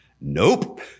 Nope